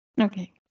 Okay